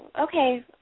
okay